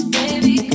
Baby